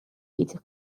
этих